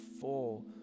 full